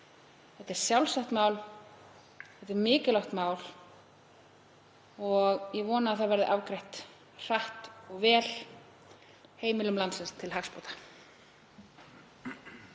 Þetta er sjálfsagt mál, þetta er mikilvægt mál og ég vona að það verði afgreitt hratt og vel heimilum landsins til hagsbóta.